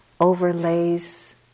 overlays